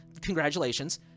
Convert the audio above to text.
Congratulations